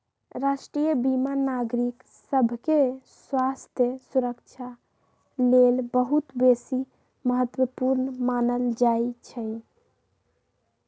राष्ट्रीय बीमा नागरिक सभके स्वास्थ्य सुरक्षा लेल बहुत बेशी महत्वपूर्ण मानल जाइ छइ